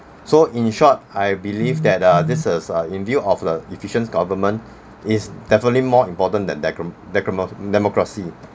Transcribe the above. so in short I believe that uh this is uh in view of the efficient government is definitely more important that demo~ demo~ democracy